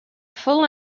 full